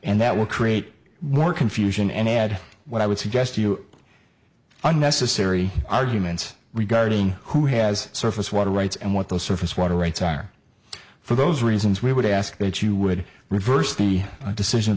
and that will create more confusion and add what i would suggest you unnecessary arguments regarding who has surface water rights and what the surface water rights are for those reasons we would ask that you would reverse the decision